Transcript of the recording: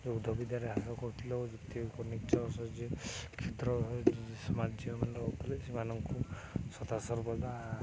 ଯୁଦ୍ଧ ବିଦ୍ୟାରେ ଆଗ କରୁଥିଲେ କ୍ଷେତ୍ର ସାମ୍ରାଜ୍ୟ ଉପରେ ସେମାନଙ୍କୁ ସଦାସର୍ବଦା